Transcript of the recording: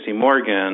Morgan